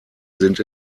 sind